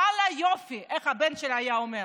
ואללה יופי, איך הבן שלי היה אומר: